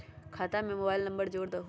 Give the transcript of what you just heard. खाता में mobile number जोड़ दहु?